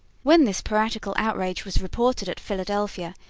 when this piratical outrage was reported at philadelphia,